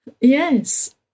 Yes